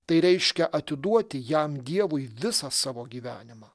tai reiškia atiduoti jam dievui visą savo gyvenimą